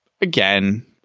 again